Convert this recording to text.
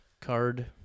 card